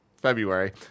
February